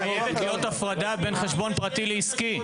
חייבת להיות הפרדה בין חשבון פרטי לעסקי.